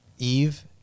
Eve